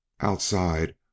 Outside